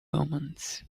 omens